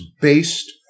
based